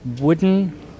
wooden